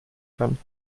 kann